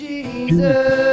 Jesus